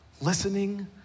Listening